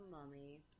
mummy